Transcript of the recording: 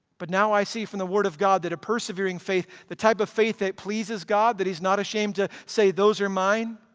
but now i see from the word of god that a persevering faith, the type of faith that pleases god that he's not ashamed to say those are mine,